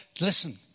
listen